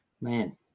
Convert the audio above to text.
Man